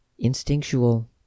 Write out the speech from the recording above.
instinctual